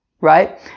Right